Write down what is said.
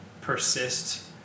persist